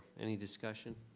any discussion?